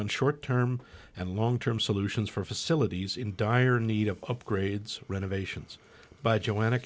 on short term and long term solutions for facilities in dire need of upgrades renovations by joanna